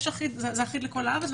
זה אחיד בכל הארץ,